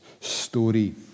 story